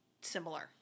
similar